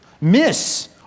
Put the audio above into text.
miss